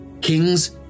Kings